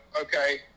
okay